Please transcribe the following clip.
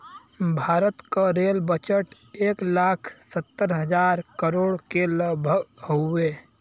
भारत क rail budget एक लाख सत्तर हज़ार करोड़ के लगभग हउवे